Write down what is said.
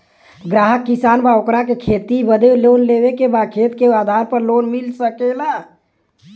ग्राहक किसान बा ओकरा के खेती बदे लोन लेवे के बा खेत के आधार पर लोन मिल सके ला?